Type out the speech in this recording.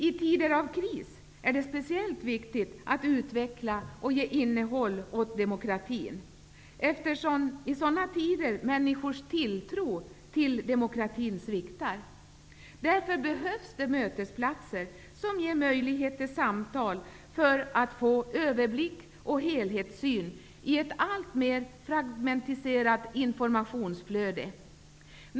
I tider av kris är det speciellt viktigt att utveckla demokratin och att ge innehåll åt den, eftersom människors tilltro till demokrati sviktar i sådana tider. Det behövs därför mötesplatser som ger möjlighet till samtal för att få en överblick och en helhetssyn i ett alltmer fragmentiserat informationsflöde.